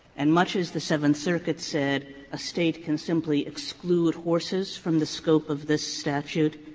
and much as the seventh circuit said a state can simply exclude horses from the scope of this statute,